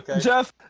Jeff